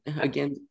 again